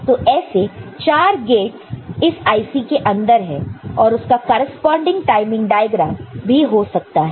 तो ऐसे 4 गेटस इस IC के अंदर है और उसका करेस्पॉन्डिंग टाइमिंग डायग्राम भी हो सकता है